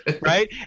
right